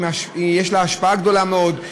יש לה השפעה גדולה מאוד,